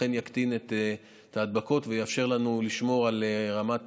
אכן יקטין את ההדבקות ויאפשר לנו לשמור על רמת